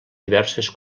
diverses